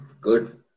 good